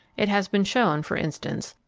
it has been shown, for instance,